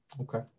Okay